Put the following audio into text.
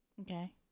Okay